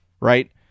right